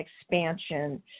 expansion